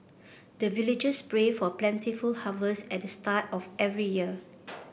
the villagers pray for plentiful harvest at the start of every year